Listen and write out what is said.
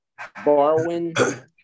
Barwin